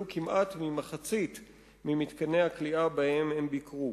כמעט ממחצית ממתקני הכליאה שבהם הם ביקרו.